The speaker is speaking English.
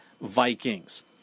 Vikings